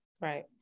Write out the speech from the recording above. Right